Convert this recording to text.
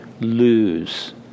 lose